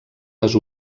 les